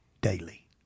daily